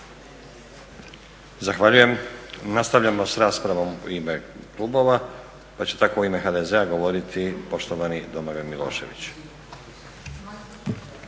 Zahvaljujem. Nastavljamo s raspravom u ime klubova pa će tako u ime HDZ-a govoriti poštovani Domagoj Milošević.